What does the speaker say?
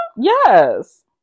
yes